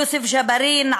יוסף ג'בארין,